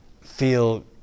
feel